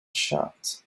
shut